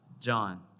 John